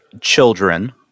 children